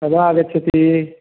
कदा आगच्छति